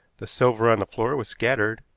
the silver on the floor was scattered,